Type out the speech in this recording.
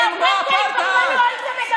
מה גזענות?